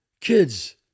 kids